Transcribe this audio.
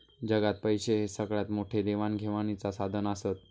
जगात पैशे हे सगळ्यात मोठे देवाण घेवाणीचा साधन आसत